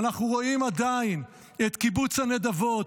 ואנחנו רואים עדיין את קיבוץ הנדבות,